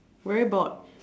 very bored